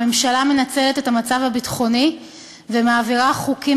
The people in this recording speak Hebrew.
הממשלה מנצלת את המצב הביטחוני ומעבירה חוקים